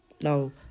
No